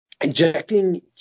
injecting